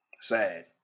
Sad